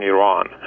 Iran